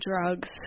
drugs